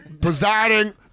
Presiding